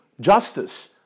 justice